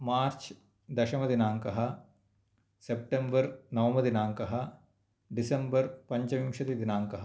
मार्च् दशमदिनाङ्कः सेप्टेम्बर् नवमदिनाङ्कः डिसेम्बर् पञ्चविंशति दिनाङ्कः